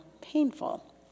painful